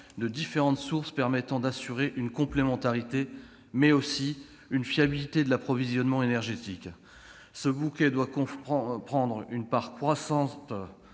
de différentes sources permettant d'assurer une complémentarité, mais aussi une fiabilité de l'approvisionnement énergétique. Ce bouquet doit comprendre une part croissante